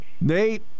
Nate